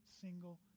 single